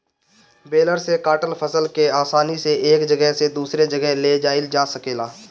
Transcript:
baler से काटल फसल के आसानी से एक जगह से दूसरे जगह ले जाइल जा सकेला